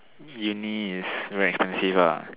Uni is very expensive ah